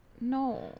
No